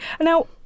Now